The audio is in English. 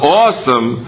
awesome